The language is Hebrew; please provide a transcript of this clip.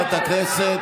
נרצח.